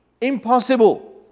Impossible